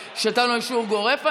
שנתנו לו אישור גורף היום,